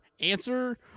answer